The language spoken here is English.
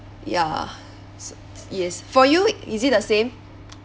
ya so yes for you is it the same